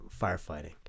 firefighting